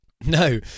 No